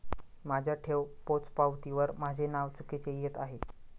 माझ्या ठेव पोचपावतीवर माझे नाव चुकीचे येत आहे